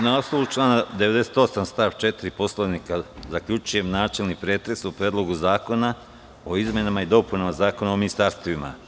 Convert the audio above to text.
Na osnovu člana 98. stav 4. Poslovnika Narodne skupštine, zaključujem načelni pretres o Predlogu zakona o izmenama i dopunama Zakona o ministarstvima.